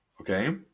okay